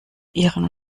ihren